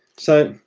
so,